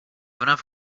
have